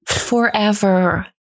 forever